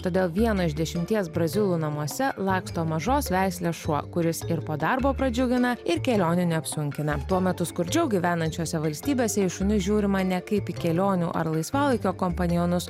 todėl vieno iš dešimties brazilų namuose laksto mažos veislės šuo kuris ir po darbo pradžiugina ir kelionių neapsunkina tuo metu skurdžiau gyvenančiose valstybėse į šunis žiūrima ne kaip į kelionių ar laisvalaikio kompanionus